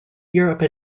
europe